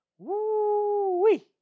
Woo-wee